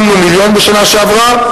שמנו מיליון בשנה שעברה.